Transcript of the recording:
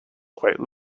quite